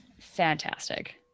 Fantastic